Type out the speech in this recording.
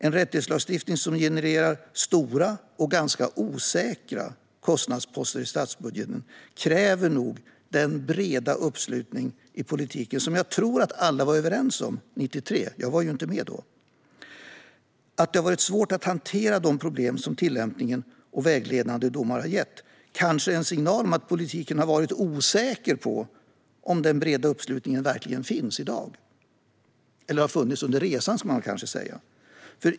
En rättighetslagstiftning som genererar stora och ganska osäkra kostnadsposter i statsbudgeten kräver nog den breda uppslutning i politiken som jag tror att alla var överens om 1993. Jag var ju själv inte med då. Att det varit svårt att hantera de problem som tillämpningen och vägledande domar har gett är kanske en signal om att politiken har varit osäker på om den breda uppslutningen verkligen finns i dag eller har funnits under resan.